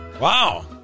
wow